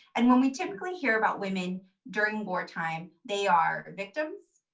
and when we typically hear about women during war time, they are victims,